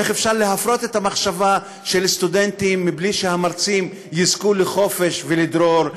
איך אפשר להפרות את המחשבה של סטודנטים בלי שהמרצים יזכו לחופש ולדרור?